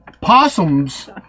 possums